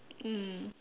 mm